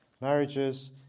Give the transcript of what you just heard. Marriages